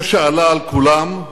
זה שעלה על כולם,